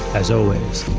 as always,